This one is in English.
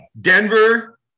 Denver